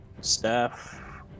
staff